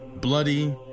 bloody